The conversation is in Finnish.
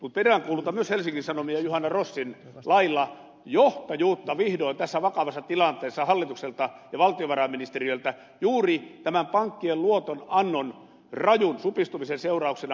mutta peräänkuulutan myös helsingin sanomien juhana rossin lailla johtajuutta vihdoin tässä vakavassa tilanteessa hallitukselta ja valtiovarainministeriöltä juuri tämän pankkien luotonannon rajun supistumisen seurauksena